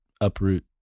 uproot